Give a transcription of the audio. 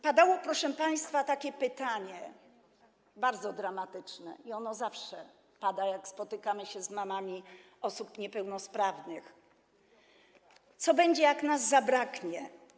Padało, proszę państwa, takie bardzo dramatyczne pytanie, i ono zawsze pada, jak spotykamy się z mamami osób niepełnosprawnych, co będzie, jak nas zabraknie.